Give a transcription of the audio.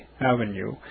Avenue